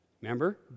remember